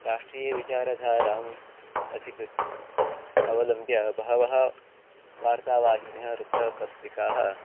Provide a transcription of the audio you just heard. राष्ट्रियविचारधाराम् अधिकृत्य अवलम्ब्य बहवः वार्तावाहिन्यः वृत्तपत्रिकाः